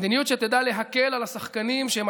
מדיניות שתדע להקל על השחקנים שהם